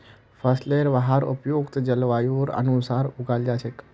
फसलेर वहार उपयुक्त जलवायुर अनुसार उगाल जा छेक